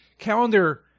calendar